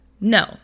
No